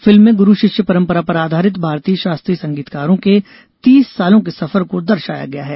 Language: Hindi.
फिल्म में गुरू शिष्य परम्परा पर आधारित भारतीय शास्त्रीय संगीतकारों के तीस सालों के सफर को दर्शाया गया है